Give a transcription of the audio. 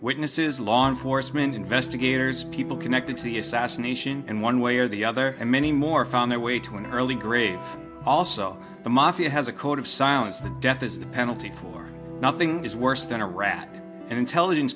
witnesses law enforcement investigators people connected to the assassination in one way or the other and many more found their way to an early grave also the mafia has a code of silence the death is the penalty for nothing is worse than a rat and intelligence